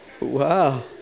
wow